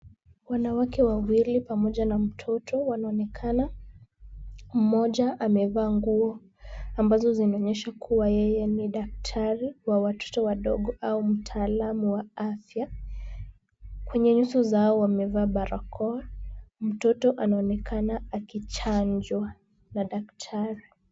Wanawake wawili pamoja na mtoto wanaonekana. Mmoja amevaa nguo ambazo zinaonyesha kuwa yeye ni daktari wa watoto wadogo au mtaalamu wa afya. Kwenye nyuso zao wamevaa barakoa. Mtoto anaonekana akichanjwa na daktari.